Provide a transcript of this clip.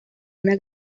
una